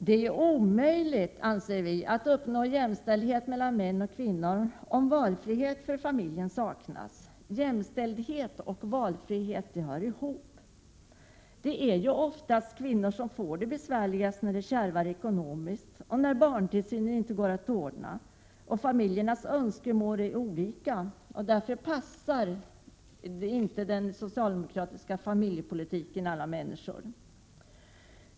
Det är omöjligt att uppnå jämställdhet mellan män och kvinnor om valfrihet för familjen saknas. Jämställdhet och valfrihet hör ihop. Oftast är det kvinnorna som får det besvärligast då ekonomin är kärv och då barntillsynen inte går att ordna. Familjers önskemål är olika. Därför passar inte den socialdemokratiska familjepolitiken alla människor.